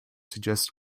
suggest